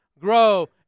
grow